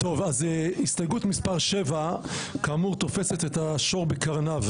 הסתייגות מספר 7 כאמור תופסת את השור בקרניו,